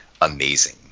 amazing